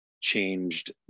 changed